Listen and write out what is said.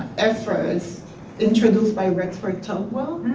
efforts introduced by rexford tugwell.